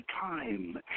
time